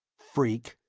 freak!